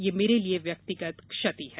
ये मैरे लिये व्यक्तिगत क्षति है